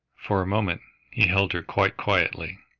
for a moment he held her quite quietly.